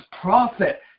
prophet